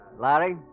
Larry